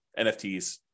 NFTs